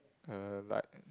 uh like